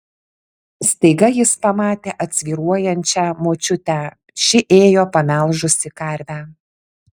staiga jis pamatė atsvyruojančią močiutę ši ėjo pamelžusi karvę